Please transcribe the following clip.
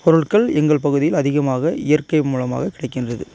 பொருட்கள் எங்கள் பகுதியில் அதிகமாக இயற்கை மூலமாக கிடைக்கின்றது